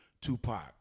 Tupac